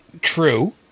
True